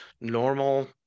normal